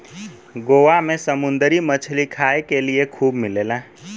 गोवा में समुंदरी मछरी खाए के लिए खूब मिलेला